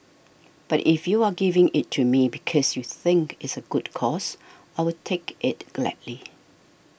but if you are giving it to me because you think it's a good cause I'll take it gladly